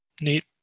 Neat